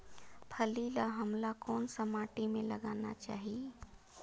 फल्ली ल हमला कौन सा माटी मे लगाना चाही?